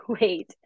wait